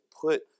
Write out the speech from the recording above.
put